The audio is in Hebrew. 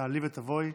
תעלי ותבואי